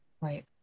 Right